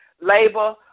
labor